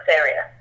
area